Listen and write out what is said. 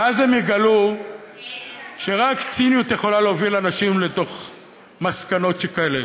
ואז הם יגלו שרק ציניות יכולה להביא אנשים למסקנות שכאלה.